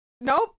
Nope